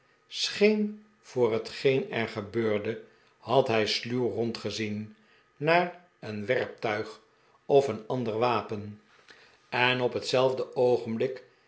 scheen voor hetgeen er gebeurde had hij sluw rondgezien naar een werptuig of een ander wapen en de pickwick club op hetzelfde oogenblik